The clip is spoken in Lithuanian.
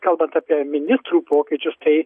kalbant apie ministrų pokyčius tai